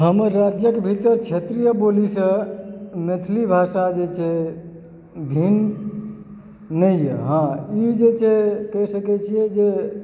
हमर राज्यक भीतर क्षेत्रिय बोलीसंँ मैथिली भाषा जे छै भिन्न नहि यऽ हँ ई जे छै कहि सकय छियै जे